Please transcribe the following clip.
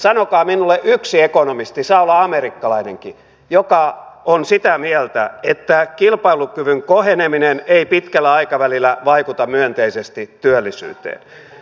sanokaa minulle yksi ekonomisti saa olla amerikkalainenkin joka on sitä mieltä että kilpailukyvyn koheneminen ei pitkällä aikavälillä vaikuta myönteisesti työllisyyteen